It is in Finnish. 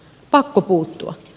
pakko puuttua